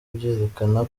byerekana